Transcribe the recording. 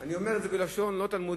אני אומר את זה בלשון לא תלמודית,